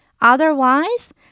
Otherwise